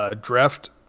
draft